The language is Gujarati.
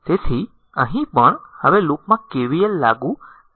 તેથી અહીં પણ હવે લૂપ માં KVL લાગુ કરવું પડશે